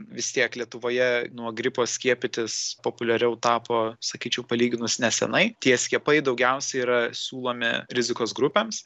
vis tiek lietuvoje nuo gripo skiepytis populiariau tapo sakyčiau palyginus nesenai tie skiepai daugiausiai yra siūlomi rizikos grupėms